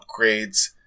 upgrades